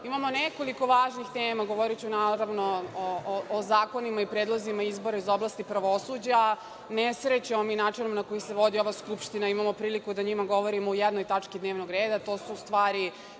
imamo nekoliko važnih tema. Govoriću naravno o zakonima i predlozima iz oblasti pravosuđa. Nesrećno i na način na koji se vodi ova Skupština imamo priliku da o njima govorimo u jednoj tački dnevnog reda,